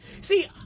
See